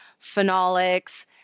phenolics